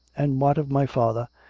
and what of my father?